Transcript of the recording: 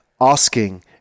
asking